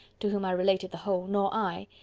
to whom i related the whole, nor i,